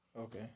Okay